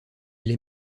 les